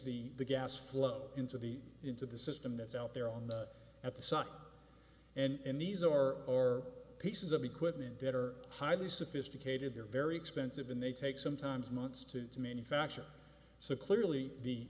the gas flow into the into the system that's out there on the at the suck and these or pieces of equipment that are highly sophisticated they're very expensive and they take sometimes months to manufacture so clearly the